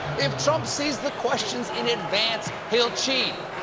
if trump sees the questions in advance, he'll cheat!